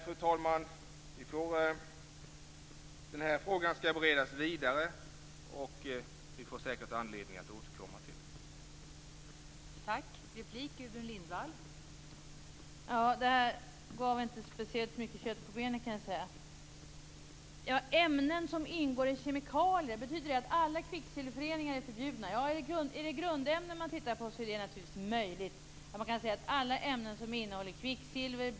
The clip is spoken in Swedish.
Fru talman! Frågan skall beredas vidare, så vi får säkert anledning att återkomma till den.